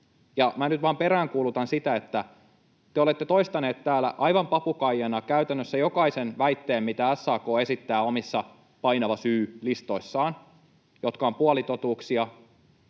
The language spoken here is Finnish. peräänkuulutan sitä, että te olette toistaneet täällä aivan papukaijana käytännössä jokaisen väitteen, mitä SAK esittää omissa painava syy ‑listoissaan, jotka ovat puolitotuuksia.